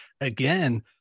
again